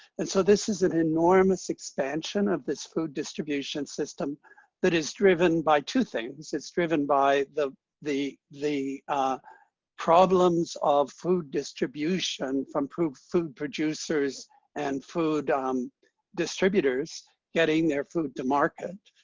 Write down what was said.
and so this is an enormous expansion of this food distribution system that is driven by two things. it's driven by the the problems of food distribution from food food producers and food um distributors getting their food to market.